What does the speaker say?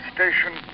Station